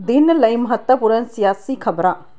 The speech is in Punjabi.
ਦਿਨ ਲਈ ਮਹੱਤਵਪੂਰਨ ਸਿਆਸੀ ਖ਼ਬਰਾਂ